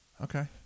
Okay